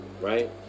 right